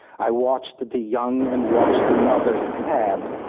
i watched the young and watched the mother sad,